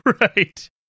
Right